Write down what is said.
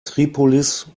tripolis